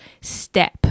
step